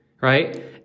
right